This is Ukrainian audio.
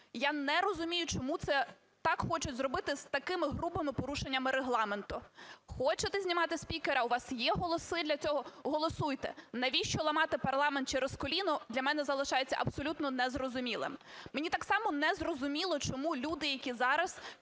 Я не розумію, чому це так хочуть зробити з таким грубим порушенням Регламенту. Хочете знімати спікера, у вас є голоси для цього – голосуйте. Навіщо ламати парламент через коліно – для мене залишається абсолютно незрозумілим. Мені так само незрозуміло, чому люди, які зараз